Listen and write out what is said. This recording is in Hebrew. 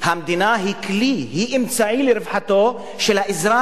המדינה היא כלי, היא אמצעי לרווחתו של האזרח.